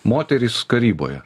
moterys karyboje